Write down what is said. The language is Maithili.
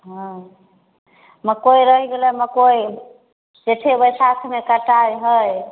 हँ मकई रहि गेलै मकई जेठे बैशाखमे कटाइ हय